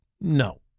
No